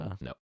No